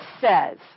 says